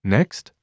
Next